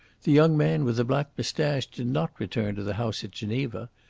the young man with the black moustache did not return to the house at geneva.